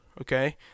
okay